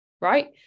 Right